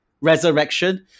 resurrection